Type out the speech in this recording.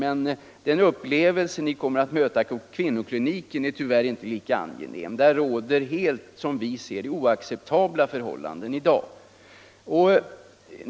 Men den upplevelse ni kommer att få på kvinnokliniken är tyvärr inte lika angenäm — där råder, som vi ser det, helt oacceptabla förhållanden i dag.